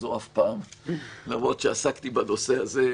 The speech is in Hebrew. אולי לעלות התקציבית,